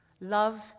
love